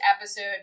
episode